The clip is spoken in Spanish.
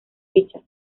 fichas